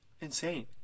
Insane